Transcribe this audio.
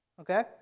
Okay